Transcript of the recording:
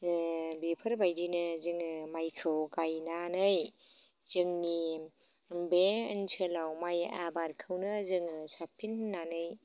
ओ बेफोरबायदिनो जोङो माइखौ गायनानै जोंनि बे ओनसोलाव माइ आबादखौनो जोङो साबसिन होननानै